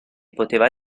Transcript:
poteva